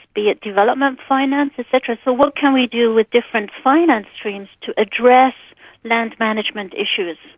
be it development finance et cetera. so what can we do with different finance streams to address land management issues.